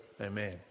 Amen